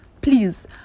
Please